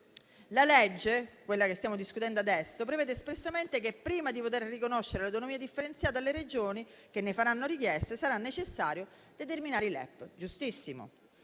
La legge che stiamo discutendo adesso prevede espressamente che prima di poter riconoscere l'autonomia differenziata alle Regioni che ne faranno richiesta sarà necessario determinare i LEP. Giustissimo,